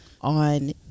on